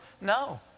No